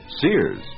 Sears